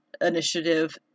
initiative